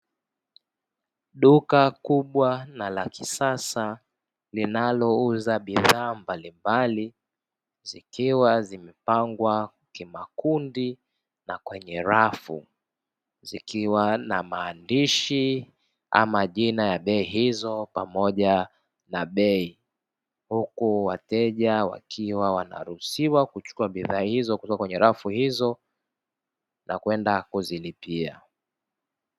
Duka kubwa na la kisasa linalouza bidhaa mbalimbali, zikiwa zimepangwa kimakundi na kwenye rafu, zikiwa na maandishi ama jina ya bei hizo pamoja na bei, huku wateja wakiwa wanaruhusiwa kuchukua bidhaa hizo kutoka kwenye rafu hizo na kwenda kuzilipia.